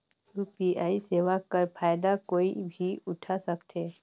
UPI सेवा कर फायदा कोई भी उठा सकथे?